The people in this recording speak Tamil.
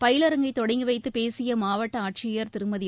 பயிலரங்கை தொடங்கிவைத்து பேசிய மாவட்ட ஆட்சியர் திருமதி வே